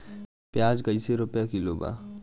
प्याज कइसे रुपया किलो बा?